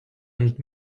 ant